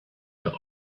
der